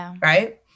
right